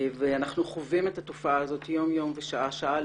ואנחנו חווים את התופעה הזאת יום יום ושעה שעה,